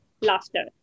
laughter